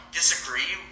disagree